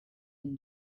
than